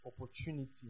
Opportunity